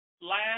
Last